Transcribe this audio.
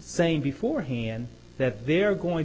saying before hand that they're going